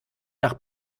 nach